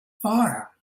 fire